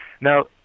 now